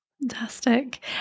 Fantastic